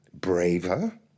braver